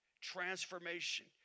Transformation